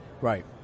Right